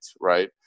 right